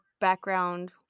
background